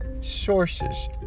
sources